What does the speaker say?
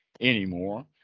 anymore